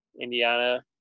Indiana